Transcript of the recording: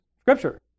Scripture